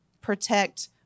protect